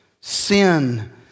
Sin